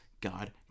God